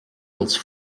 els